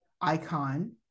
icon